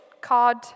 card